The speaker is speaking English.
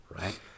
right